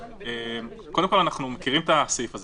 אנחנו מכירים את הסעיף הזה.